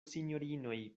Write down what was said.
sinjorinoj